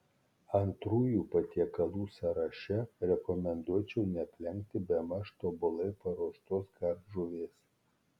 antrųjų patiekalų sąraše rekomenduočiau neaplenkti bemaž tobulai paruoštos kardžuvės